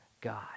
God